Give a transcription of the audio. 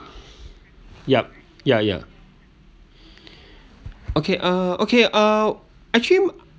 yup ya ya okay uh okay uh actually